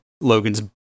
Logan's